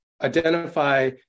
identify